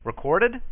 Recorded